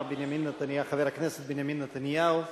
חבר הכנסת בנימין נתניהו,